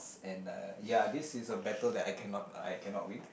and uh ya this is a battle that I cannot I cannot win